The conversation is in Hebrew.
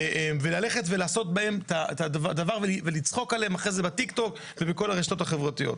לעשות בהם דבר ולצחוק עליהם אחרי זה בטיקטוק ובכל הרשתות החברתיות.